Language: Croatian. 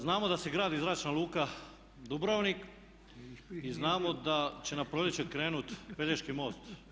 Znamo da se gradi Zračna luka Dubrovnik i znamo da će na proljeće krenut Pelješki most.